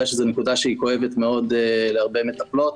שזאת נקודה שהיא מאוד כואבת להרבה מטפלות.